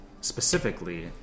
specifically